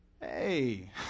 hey